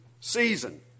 season